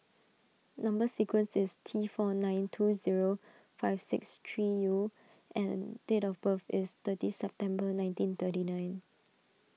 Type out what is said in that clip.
Number Sequence is T four nine two zero five six three U and date of birth is thirty September nineteen thirty nine